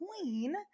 queen